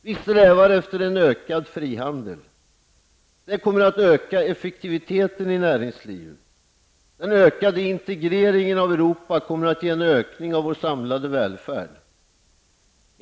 Vi strävar efter en ökad frihandel. Det kommer att öka effektiviteten i näringslivet. Den ökade integreringen av Europa kommer att höja vår samlade välfärd.